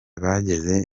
bageze